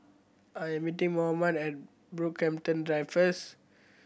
I am meeting Mohamed at Brockhampton Drive first